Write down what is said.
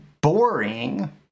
boring